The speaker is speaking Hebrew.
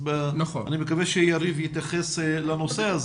אני מקווה שיריב יתייחס לנושא הזה.